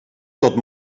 tot